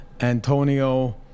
antonio